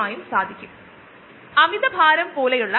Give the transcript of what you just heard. fluidised എന്നാൽ അർത്ഥമാകുന്നത് ദ്രാവകം പോലെ ബെഡ് നിശ്ചലമാകില്ല